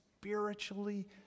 spiritually